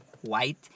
white